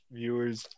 viewers